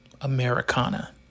Americana